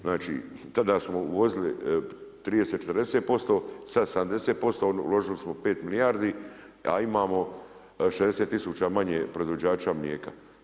Znači tada smo uvozili 30, 40% sada 70% uložili smo pet milijardi, a imamo 60000 manje proizvođača mlijeka.